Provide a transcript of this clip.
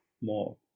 more